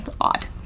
odd